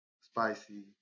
Spicy